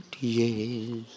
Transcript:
yes